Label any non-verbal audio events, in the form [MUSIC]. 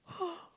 [NOISE]